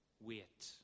wait